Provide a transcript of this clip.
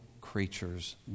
creatures